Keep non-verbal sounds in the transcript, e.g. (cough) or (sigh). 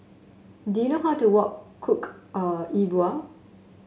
do you know how to work cook (hesitation) Yi Bua